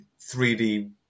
3D